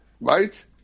right